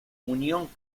unión